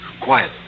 Quiet